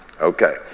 Okay